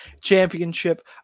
Championship